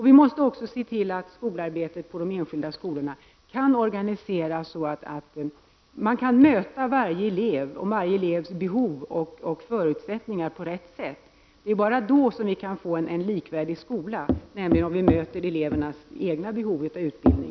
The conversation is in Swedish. Vi måste också se till att skolarbetet på de enskilda skolorna kan organiseras så att man möter varje elev och hans behov och förutsättningar på rätt sätt. Det är bara då som skolan kan bli likvärdig, alltså om man möter elevens eget behov av utbildning.